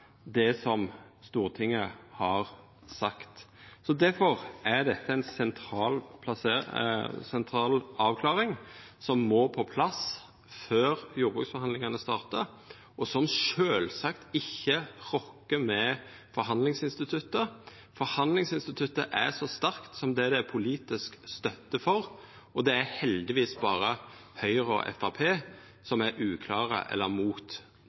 det som Stortinget har sagt. Difor er dette ei sentral avklaring, som må på plass før jordbruksforhandlingane startar, og som sjølvsagt ikkje rokkar ved forhandlingsinstituttet. Forhandlingsinstituttet er så sterkt som det det er politisk støtte for, og det er heldigvis berre Høgre og Framstegspartiet som er uklare eller